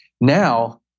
Now